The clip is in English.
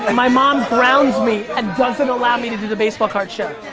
and my mom grounds me and doesn't allow me to do the baseball card show. oh.